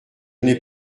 n’ai